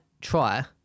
try